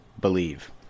believe